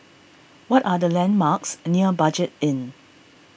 what are the landmarks near Budget Inn